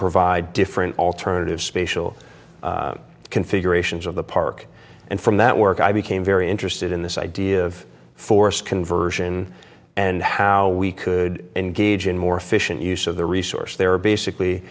provide different alternatives spatial configurations of the park and from that work i became very interested in this idea of forced conversion and how we could engage in more efficient use of the resource there are basically